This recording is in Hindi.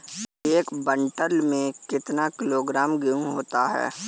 एक क्विंटल में कितना किलोग्राम गेहूँ होता है?